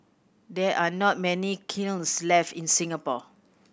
there are not many kilns left in Singapore